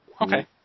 Okay